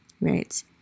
right